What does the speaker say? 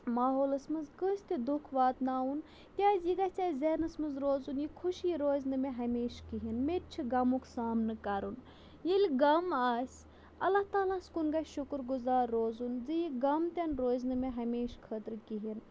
ماحولَس منٛز کٲنٛسہِ تہِ دُکھ واتناوُن کیٛازِ یہِ گژھِ اَسہِ ذہنَس منٛز روزُن یہِ خوشی روزِ نہٕ مےٚ ہمیشہٕ کِہیٖنۍ مےٚ تہِ چھِ غمُک سامنہٕ کَرُن ییٚلہِ غم آسہِ اللہ تعالیٰ ہَس کُن گژھِ شُکُر گُزار روزُن زِ یہِ غَم تِن روزِ نہٕ مےٚ ہمیشہٕ خٲطرٕ کِہیٖنۍ